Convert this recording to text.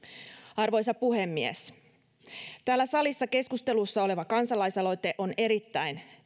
arvoisa puhemies täällä salissa keskustelussa oleva kansalaisaloite on erittäin